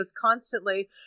constantly